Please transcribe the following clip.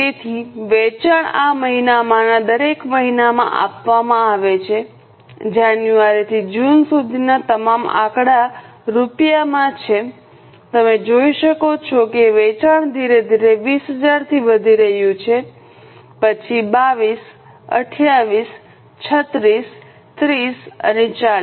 તેથી વેચાણ આ મહિનામાંના દરેક મહિનામાં આપવામાં આવે છે જાન્યુઆરીથી જૂન સુધીના તમામ આંકડા રૂપિયામાં છે તમે જોઈ શકો છો કે વેચાણ ધીરે ધીરે 20000 થી વધી રહ્યું છે પછી 22 28 36 30 અને 40